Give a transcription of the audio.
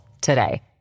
today